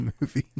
movie